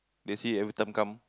they see every time come